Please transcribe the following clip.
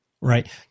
Right